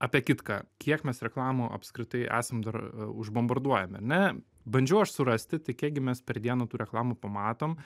apie kitką kiek mes reklamų apskritai esam dar už bombarduojami ane bandžiau aš surasti tai kiek gi mes per dieną tų reklamų pamatom